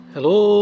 Hello